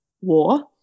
War